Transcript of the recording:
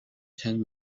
ten